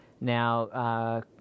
Now